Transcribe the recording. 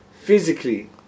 Physically